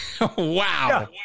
Wow